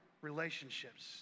relationships